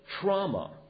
trauma